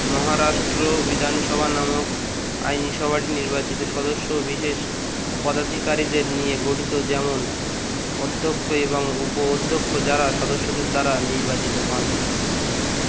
মহারাষ্ট্র বিধানসভা নামক আইনসভাটি নির্বাচিত সদস্য বিশেষ পদাধিকারীদের নিয়ে গঠিত যেমন অধ্যক্ষ এবং উপ অধ্যক্ষ যারা সদস্যদের দ্বারা নির্বাচিত হন